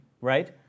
right